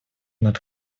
над